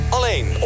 Alleen